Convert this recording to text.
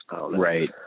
right